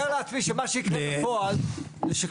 אני מתאר לעצמי שמה שיקרה בפועל שכשאנחנו